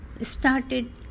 started